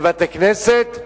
בבתי-הכנסת,